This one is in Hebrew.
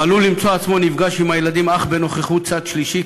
הוא עלול למצוא עצמו נפגש עם הילדים אך בנוכחות צד שלישי,